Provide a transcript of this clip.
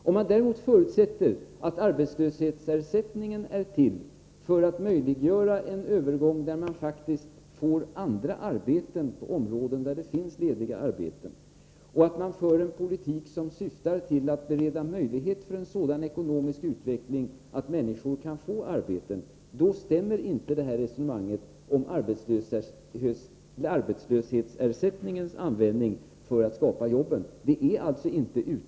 Om man däremot förutsätter att arbetslöshetsersättningen är till för att möjliggöra en övergång till andra arbetsuppgifter inom områden där det faktiskt finns lediga arbeten och att man för en politik som syftar till att bereda möjlighet för en sådan ekonomisk utveckling att människor kan få arbeten, då stämmer inte resonemanget om att använda arbetslöshetsersättningen för att skapa jobb.